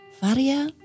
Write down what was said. Varia